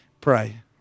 Pray